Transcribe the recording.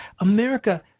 America